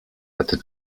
hatte